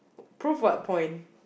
prove what point